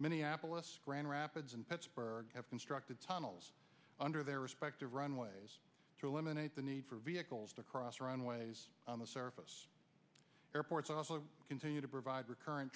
minneapolis grand rapids and pittsburgh have constructed tunnels under their respective runways to eliminate the need for vehicles to cross runways on the surface airports also continue to provide recurrent